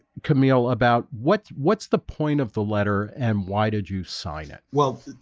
camille about what what's the point of the letter and why did you sign it? well,